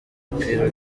umupira